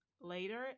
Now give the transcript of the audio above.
later